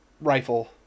rifle